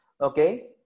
okay